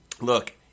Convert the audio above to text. Look